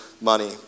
money